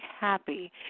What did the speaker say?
happy